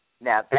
Now